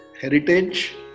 heritage